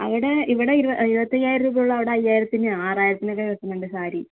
അവിടെ ഇവിടെ ഇരുപത്തയ്യായിരം രൂപയുള്ളതിന് അവിടെ അയ്യായിരത്തിന് ആറായിരത്തിനൊക്കെ കിട്ടുന്നുണ്ട് സാരി